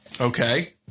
Okay